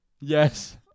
yes